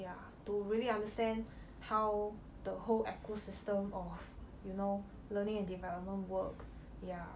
ya to really understand how the whole ecosystem of you know learning and development work yeah